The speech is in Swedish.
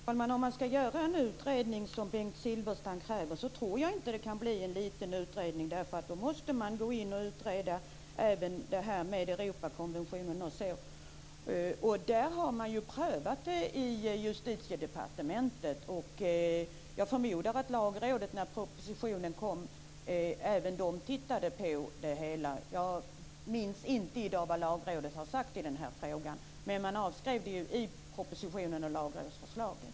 Fru talman! Om man skall göra en sådan utredning som Bengt Silfverstrand kräver, tror jag inte att det kan bli en liten utredning. Då måste man utreda även det som behandlas i Europakonventionen. Justitiedepartementet har prövat detta, och jag förmodar att även Lagrådet studerade detta i samband med att propositionen framlades. Jag minns inte vad Lagrådet sade i frågan, men förslaget avstyrktes i propositionen och i Lagrådets yttrande.